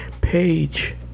page